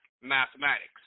Mathematics